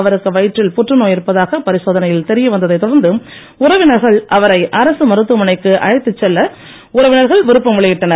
அவருக்கு வயிற்றில் புற்றுநோய் இருப்பதாக பரிசோதனையில் தெரியவந்த்தைத் தொடர்ந்து உறவினர்கள் அவரை அரசு மருத்துவமனைக்கு அழைத்துச் செல்ல உறவினர்கள் விருப்பம் வெளியிட்டனர்